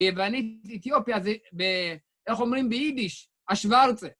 ואני אתיופי, אז איך אומרים ביידיש? השוורצע.